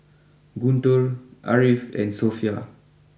Guntur Ariff and Sofea